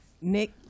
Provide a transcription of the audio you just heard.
Nick